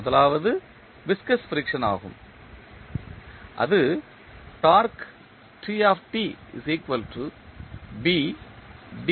முதலாவது viscous friction ஆகும் இது டார்க்கு ஆகும்